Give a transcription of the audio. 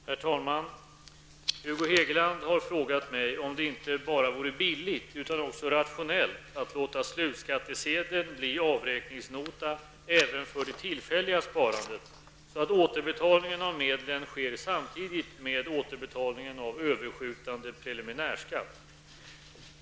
Herr talman! Hugo Hegeland har frågat mig om det inte bara vore billigt utan också rationellt att låta slutskattesedeln bli avräkningsnota även för det tillfälliga sparandet så att återbetalningen av medlen sker samtidigt med återbetalningen av överskjutande preliminärskatt.